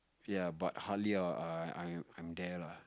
ya but hardly I I I I'm there lah